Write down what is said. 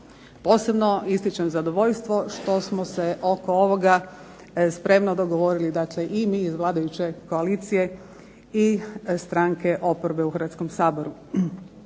Posebno ističem zadovoljstvo što smo se oko ovoga spremno dogovorili, dakle i mi iz vladajuće koalicije, i stranke oporbe u Hrvatskom saboru.